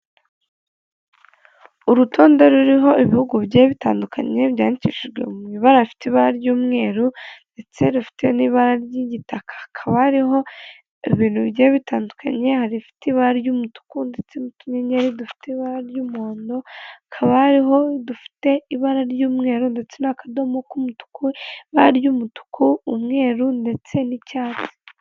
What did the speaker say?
Urutonde ruriho ibihugu bigiye bitandukanye byandikishijwe mu ibara rifite ibara ry'umweru ndetse rufite n'ibara ry'igitaka hakakaba harihoho ibintu byari bitandukanye hari rifite ibara ry'umutuku ndetse n'utunyeri dufite ibara ry'umuhondo hakaba hariho udufite ibara ry'umweru ndetse n'akadomo k'umutuku ibara ry'umutuku umweru ndetse n'icyatsi